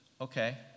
Okay